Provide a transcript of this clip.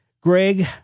Greg